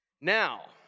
Now